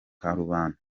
karubanda